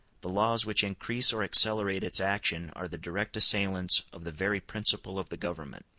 the laws which increase or accelerate its action are the direct assailants of the very principle of the government.